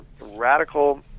radical